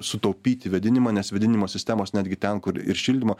sutaupyti vėdinimą nes vėdinimo sistemos netgi ten kur ir šildymo